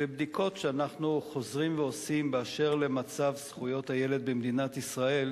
בבדיקות שאנחנו חוזרים ועושים באשר למצב זכויות הילד במדינת ישראל,